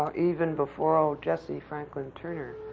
ah even before old jessie franklin turner.